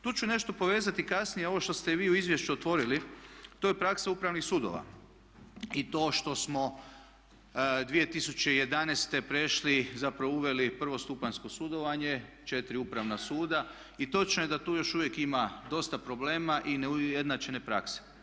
Tu ću nešto povezati kasnije ovo što ste i vi u izvješću otvorili, to je praksa Upravnih sudova i to što smo 2011. prešli, zapravo uveli prvostupanjsko sudovanje, četiri upravna suda i točno je da tu još uvijek ima dosta problema i neujednačene prakse.